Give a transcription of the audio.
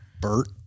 Bert